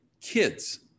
Kids